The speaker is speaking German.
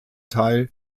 teil